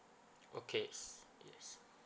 okay s~ yes